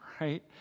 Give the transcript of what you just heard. right